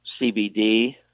CBD